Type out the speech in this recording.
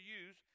use